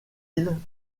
îles